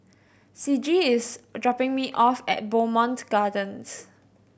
Ciji is dropping me off at Bowmont Gardens